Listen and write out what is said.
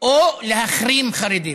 או להחרים חרדים.